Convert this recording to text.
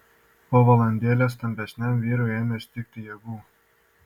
po valandėlės stambesniajam vyrui ėmė stigti jėgų